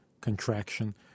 contraction